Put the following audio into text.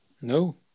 No